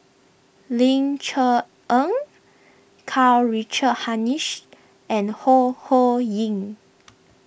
Ling Cher Eng Karl Richard Hanitsch and Ho Ho Ying